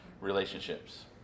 relationships